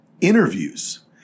interviews